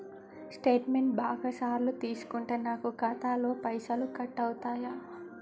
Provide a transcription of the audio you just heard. Statement బాగా సార్లు తీసుకుంటే నాకు ఖాతాలో పైసలు కట్ అవుతయా?